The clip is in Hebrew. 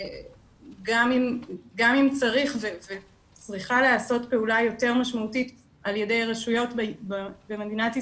גם אם צריכה להיעשות פעולה יותר משמעותית על ידי רשויות במדינת ישראל,